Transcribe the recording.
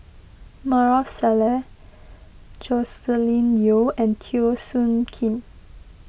Maarof Salleh Joscelin Yeo and Teo Soon Kim